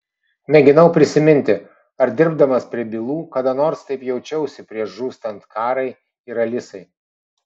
mėginau prisiminti ar dirbdamas prie bylų kada nors taip jaučiausi prieš žūstant karai ir alisai